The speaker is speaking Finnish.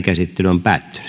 käsittelyyn